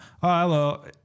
hello